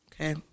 Okay